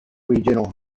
regional